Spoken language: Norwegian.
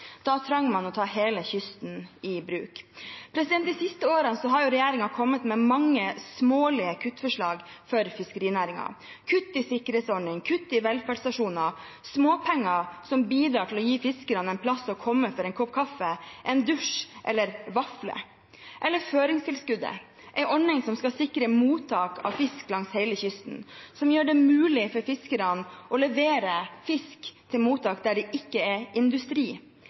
Da trenger man å ta hele kysten i bruk. De siste årene har regjeringen kommet med mange smålige kuttforslag for fiskerinæringen: kutt i sikkerhetsordning, kutt i velferdsstasjoner – småpenger som bidrar til å gi fiskerne en plass å komme for en kopp kaffe og vafler eller en dusj – eller kutt i føringstilskuddet, en ordning som skal sikre mottak av fisk langs hele kysten, som gjør det mulig for fiskerne å levere fisk til mottak der det ikke er industri.